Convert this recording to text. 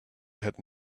had